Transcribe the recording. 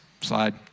slide